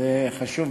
אירוע הגשם בחג הסוכות